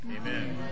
Amen